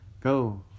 Go